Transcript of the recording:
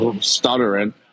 Stuttering